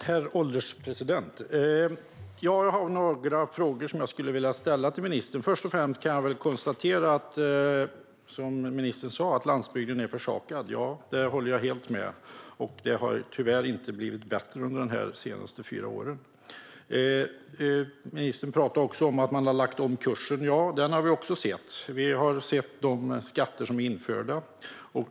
Herr ålderspresident! Jag har några frågor som jag skulle vilja ställa till ministern. Först och främst kan jag konstatera, som ministern sa, att landsbygden är försummad. Där håller jag helt med, och det har tyvärr inte blivit bättre under de senaste fyra åren. Ministern talade också om att man har lagt om kursen. Det har vi också sett. Vi har sett de skatter som är införda.